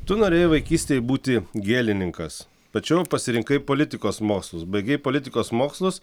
tu norėjai vaikystėj būti gėlininkas tačiau pasirinkai politikos mokslus baigei politikos mokslus